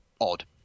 odd